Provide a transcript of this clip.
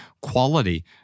quality